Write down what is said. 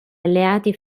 alleati